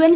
N